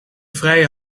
vrije